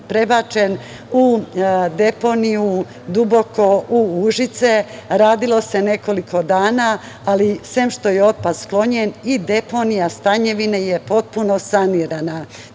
prebačen u deponiju Duboko u Užice. Radilo se nekoliko dana, ali sem što je otpad sklonjen i deponija Stanjvine je potpuno sanirana.